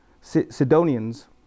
Sidonians